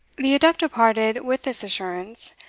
the adept departed with this assurance,